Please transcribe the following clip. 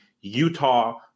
Utah